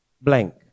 blank